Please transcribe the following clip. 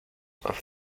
off